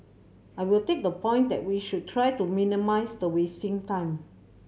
I will take the point that we should try to minimise the time